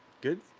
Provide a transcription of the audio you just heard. Good